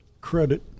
credit